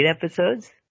episodes